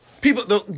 people